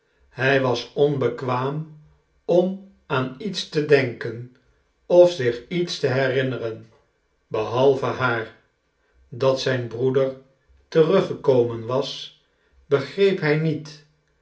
hij was onbekwaam om aan iets te denken of zich iets te herinneren behalve haar dat zijn broeder teruggekomen was begreep hij niet